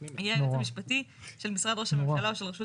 יהיה היועץ המשפטי של משרד ראש הממשלה או של הרשות